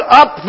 up